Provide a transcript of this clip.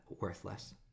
worthless